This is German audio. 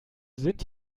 sind